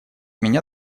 меня